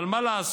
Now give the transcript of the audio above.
אבל מה לעשות,